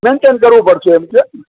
maintain કરવું પડશે એમ કે